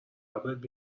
قبرت